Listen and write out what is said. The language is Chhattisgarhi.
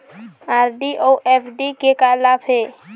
आर.डी अऊ एफ.डी के का लाभ हे?